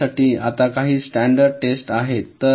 random साठी आता काही स्टॅंडर्ड टेस्ट आहेत